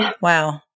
Wow